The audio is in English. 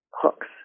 hooks